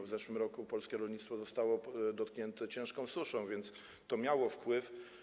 W zeszłym roku polskie rolnictwo zostało dotknięte ciężką suszą, więc to miało wpływ.